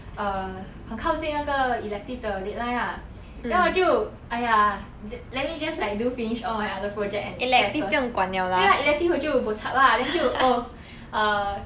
uh 很靠近那个 elective 的 deadline ah then 我就 !aiya! let me just like do finish all my other project and test first 对 lah elective 我就 bo chup ah then 就 err